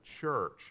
church